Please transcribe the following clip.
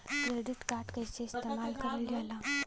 Credit card कईसे इस्तेमाल करल जाला?